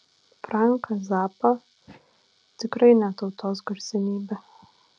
franką zappą tikrai ne tautos garsenybę